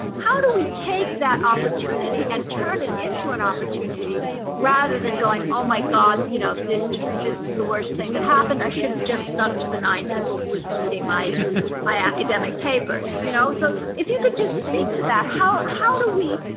how do we take that opportunity and turn it into an opportunity rather than going, oh my god, you know this is this is the worst thing that happened, i should have just stuck to the nine people who was reading my my academic papers. you know so if you could just speak to that, how how do we,